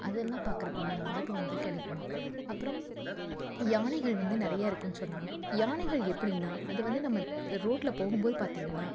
அதெல்லாம் பார்க்கறக்குண்டான வாய்ப்பு வந்து கிடைக்குமா அப்றம் யானைகள் வந்து நிறைய இருக்குதுன்னு சொன்னாங்க யானைகள் எப்படின்னா அது வந்து நம்ம இந்த ரோட்டில் போகும் போது பார்த்தீங்கன்னா